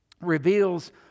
reveals